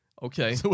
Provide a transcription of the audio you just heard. Okay